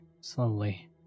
slowly